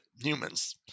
humans